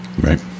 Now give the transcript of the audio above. right